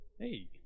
Hey